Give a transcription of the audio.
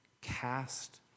cast